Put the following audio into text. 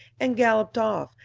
and galloped off,